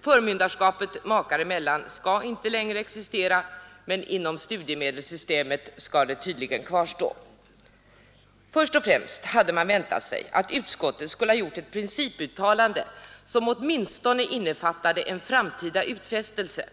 Förmynderskapet makar emellan skall inte längre existera. Men inom studiemedelssystemet skall det tydligen kvarstå. Först och främst hade man väntat sig att utskottet skulle ha gjort ett principuttalande som åtminstone innefattade en framtida utfästelse.